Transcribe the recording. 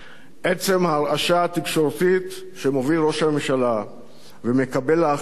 עצם ההרעשה התקשורתית שמובילים ראש הממשלה ו"מקבל ההחלטות",